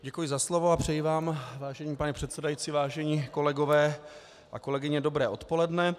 Děkuji za slovo a přeji vám, vážený pane předsedající, vážení kolegové a kolegyně, dobré odpoledne.